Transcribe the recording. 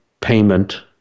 payment